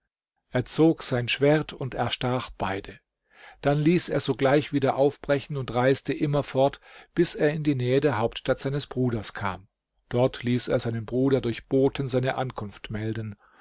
er zog sein schwert und erstach beide dann ließ er sogleich wieder aufbrechen und reiste immer fort bis er in die nähe der hauptstadt seines bruders kam dort ließ er seinem bruder durch boten seine ankunft melden